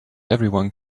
everyone